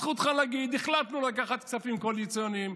זכותך להגיד: החלטנו לקחת כספים קואליציוניים,